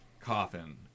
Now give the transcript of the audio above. coffin